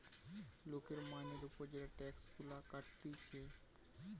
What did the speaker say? লোকের মাইনের উপর যে টাক্স গুলা কাটতিছে